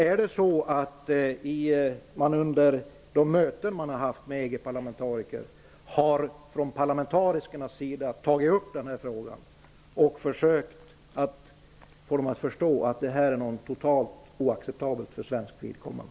Har de svenska parlamentarikerna vid sina möten med EG-parlamentariker tagit upp den här frågan och försökt att få dem att förstå att detta är något totalt oacceptabelt för svenskt vidkommande?